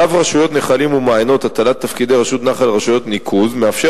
צו רשויות נחלים ומעיינות (הטלת תפקידי רשויות נחל על רשויות ניקוז) מאפשר